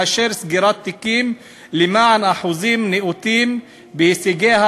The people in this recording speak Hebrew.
אלא סגירת תיקים למען אחוזים נאותים בהישגיה,